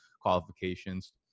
qualifications